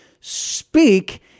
speak